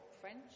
French